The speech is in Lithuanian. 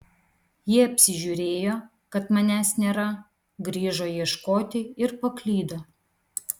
jie apsižiūrėjo kad manęs nėra grįžo ieškoti ir paklydo